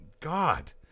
God